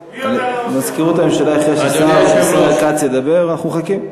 מזכירות הממשלה החליטה שהשר כץ ידבר ואנחנו מחכים.